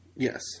Yes